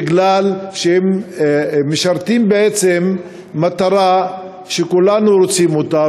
בגלל שהם משרתים מטרה שכולנו רוצים בה,